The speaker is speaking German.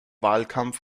wahlkampf